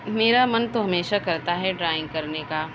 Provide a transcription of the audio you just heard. میرا من تو ہمیشہ کرتا ہے ڈرائنگ کرنے کا